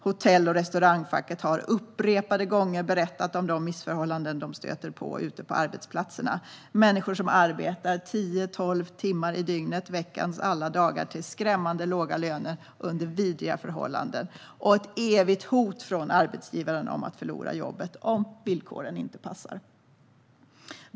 Hotell och Restaurangfacket har upprepade gånger berättat om de missförhållanden de stöter på ute på arbetsplatserna: människor som arbetar tio till tolv timmar om dygnet veckans alla dagar till skrämmande låga löner under vidriga förhållanden och ett evigt hot från arbetsgivaren om att förlora jobbet om villkoren inte passar.